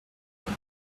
wood